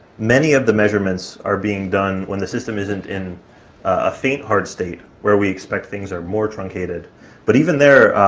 many of the measurements are being done when the system isn't in a faint hard state, where we expect things are more truncated but even there,